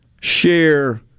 share